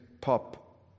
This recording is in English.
pop